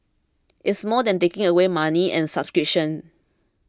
it's more than taking away money and subscriptions